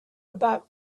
about